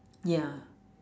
ya